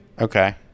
Okay